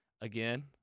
again